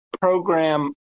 program